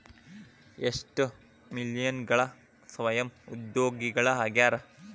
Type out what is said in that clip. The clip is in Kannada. ಎಷ್ಟ ಮಿಲೇನಿಯಲ್ಗಳ ಸ್ವಯಂ ಉದ್ಯೋಗಿಗಳಾಗ್ಯಾರ